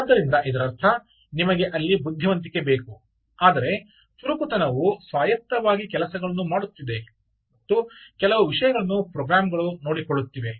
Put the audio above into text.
ಆದ್ದರಿಂದ ಇದರರ್ಥ ನಿಮಗೆ ಅಲ್ಲಿ ಬುದ್ಧಿವಂತಿಕೆ ಬೇಕು ಆದರೆ ಚುರುಕುತನವು ಸ್ವಾಯತ್ತವಾಗಿ ಕೆಲಸಗಳನ್ನು ಮಾಡುತ್ತಿದೆ ಮತ್ತು ಕೆಲವು ವಿಷಯಗಳನ್ನು ಪ್ರೋಗ್ರಾಂಗಳು ನೋಡಿಕೊಳ್ಳುತ್ತಿದೆ